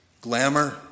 glamour